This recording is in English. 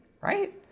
right